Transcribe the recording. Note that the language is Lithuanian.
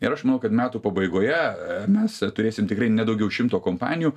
ir aš manau kad metų pabaigoje mes turėsim tikrai ne daugiau šimto kompanijų